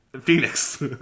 Phoenix